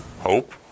hope